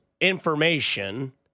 information